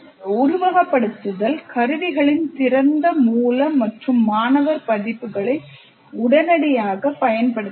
உருவகப்படுத்துதல் கருவிகளின் திறந்த மூல மற்றும் மாணவர் பதிப்புகளை உடனடியாகப் பயன்படுத்தலாம்